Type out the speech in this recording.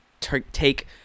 take